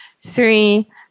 Three